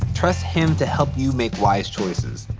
trust him to help you make wise choices.